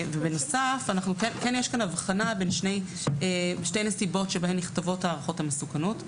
כן יש כאן הבחנה בין שתי נסיבות בהן נכתבות הערכות המסוכנות.